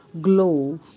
Glow